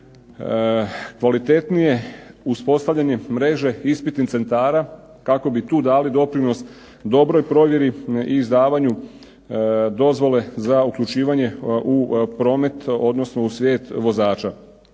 kvalitetnije uspostavljanje mreže ispitnih centara, kako bi tu dali doprinos dobroj provjeri i izdavanju dozvole za uključivanje u promet, odnosno u svijet vozača.